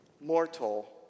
mortal